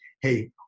hey